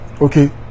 okay